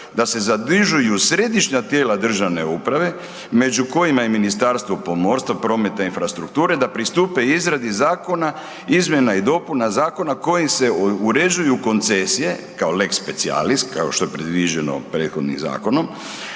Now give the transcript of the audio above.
se ne razumije./... središnja tijela državne uprave, među kojima je i Ministarstvo pomorstva, prometa i infrastrukture, da pristupe izradi zakona izmjena i dopuna zakona kojim se uređuju koncesije kao lex specialis, kao što je predviđeno prethodnim zakonom,